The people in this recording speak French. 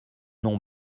noms